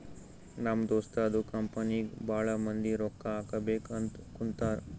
ನಮ್ ದೋಸ್ತದು ಕಂಪನಿಗ್ ಭಾಳ ಮಂದಿ ರೊಕ್ಕಾ ಹಾಕಬೇಕ್ ಅಂತ್ ಕುಂತಾರ್